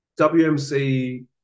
WMC